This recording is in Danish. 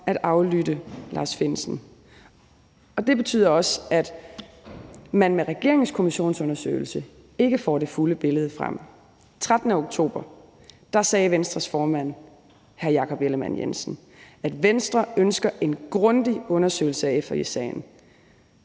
at aflytte Lars Findsen, og det betyder også, at man med regeringens kommissionsundersøgelse ikke får det fulde billede frem. Den 13. oktober sagde Venstres formand, hr. Jakob Ellemann-Jensen, at Venstre ønskede en grundig undersøgelse af FE-sagen,